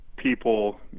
people